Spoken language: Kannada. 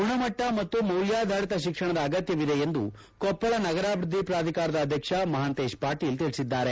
ಗುಣಮಟ್ಟ ಮತ್ತು ಮೌಲ್ಯಾಧಾರಿತ ಶಿಕ್ಷಣದ ಅಗತ್ಯವಿದೆ ಎಂದು ಕೊಪ್ಪಳ ನಗರಾಭಿವೃದ್ದಿ ಪ್ರಾಧಿಕಾರದ ಅಧ್ಯಕ್ಷ ಮಹಾಂತೇಶ ಪಾಟೀಲ್ ತಿಳಿಸಿದ್ದಾರೆ